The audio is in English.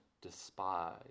despise